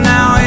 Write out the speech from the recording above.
Now